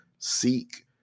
Seek